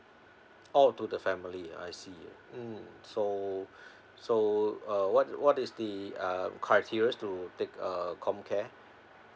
oh to the family I see mm so so uh what what is the uh criteria to take uh comcare